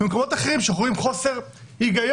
ובמקומות אחרים שאנחנו רואים חוסר היגיון,